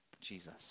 Jesus